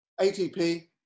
ATP